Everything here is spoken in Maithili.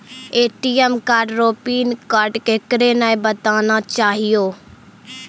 ए.टी.एम कार्ड रो पिन कोड केकरै नाय बताना चाहियो